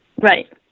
Right